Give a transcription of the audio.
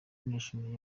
nation